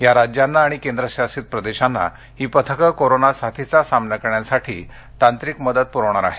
या राज्यांना आणि केंद्रशासित प्रदेशांना ही पथकं कोरोना साथीचा सामना करण्यासाठी तांत्रिक मदत पुरवणार आहेत